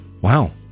Wow